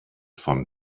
von